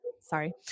sorry